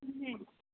ꯑꯗꯨꯅꯦ